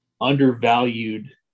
undervalued